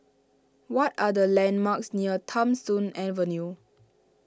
what are the landmarks near Tham Soong Avenue